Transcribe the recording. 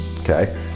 okay